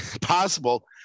possible